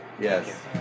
Yes